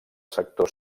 sector